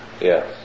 Yes